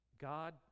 God